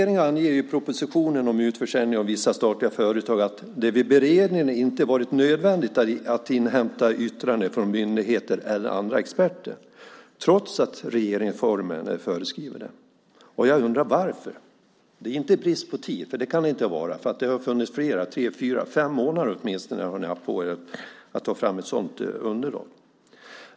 I propositionen om utförsäljning av vissa statliga företag anger regeringen att det vid beredningen inte varit nödvändigt att inhämta yttranden från myndigheter eller andra experter - detta trots att regeringsformen föreskriver det. Varför? Det kan inte bero på brist på tid. Ni har ju haft åtminstone fem månader på er att ta fram ett sådant underlag.